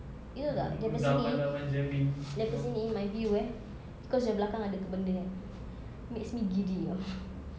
you tahu tak daripada sini daripada sini my view eh because your belakang ada itu benda kan makes me giddy [tau]